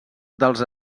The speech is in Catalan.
dels